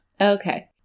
Okay